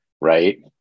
right